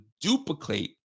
duplicate